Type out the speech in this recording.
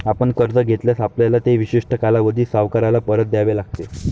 आपण कर्ज घेतल्यास, आपल्याला ते विशिष्ट कालावधीत सावकाराला परत द्यावे लागेल